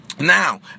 Now